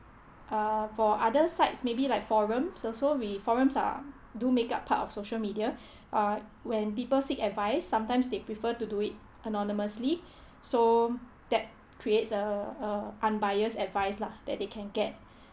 uh for other sites maybe like forums also we forums are do make up part of social media uh when people seek advice sometimes they prefer to do it anonymously so that creates a uh unbiased advice lah that they can get